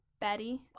Betty